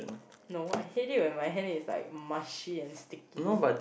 no I hate it when my hand is like mushy and sticky